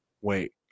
Wait